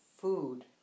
food